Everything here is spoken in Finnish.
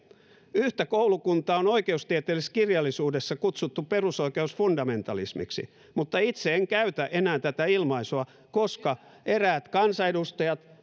yhtä koulukuntaa on oikeustieteellisessä kirjallisuudessa kutsuttu perusoikeusfundamentalismiksi mutta itse en käytä enää tätä ilmaisua koska eräät kansanedustajat